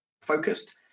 focused